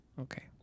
okay